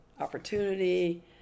opportunity